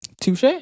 Touche